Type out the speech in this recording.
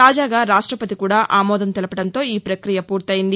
తాజాగా రాష్టపతి కూడా ఆమోదం తెలపడంతో ఈ పక్రియ పూర్తయింది